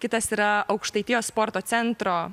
kitas yra aukštaitijos sporto centro